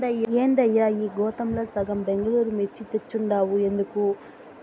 ఏందయ్యా ఈ గోతాంల సగం బెంగళూరు మిర్చి తెచ్చుండావు ఎందుకు